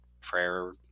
prayer